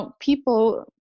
people